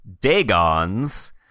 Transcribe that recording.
Dagon's